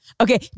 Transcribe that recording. Okay